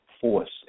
force